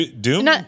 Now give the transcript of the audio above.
doom